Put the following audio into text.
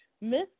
Miss